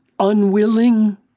unwilling